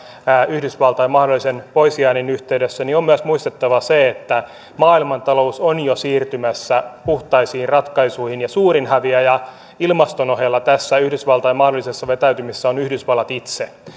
yhdysvaltain mahdollisen pois jäännin yhteydessä on myös muistettava se että maailmantalous on jo siirtymässä puhtaisiin ratkaisuihin ja että suurin häviäjä ilmaston ohella tässä yhdysvaltain mahdollisessa vetäytymisessä on yhdysvallat itse